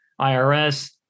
IRS